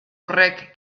horrek